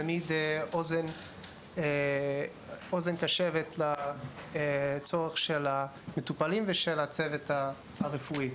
תמיד אוזן קשבת לצורך של המטופלים והצוות הרפואי.